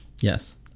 Yes